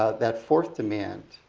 ah that fourth demand,